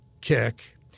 kick